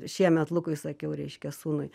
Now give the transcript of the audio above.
šiemet lukui sakiau reiškia sūnui